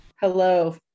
Hello